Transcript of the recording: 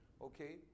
okay